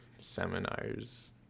seminars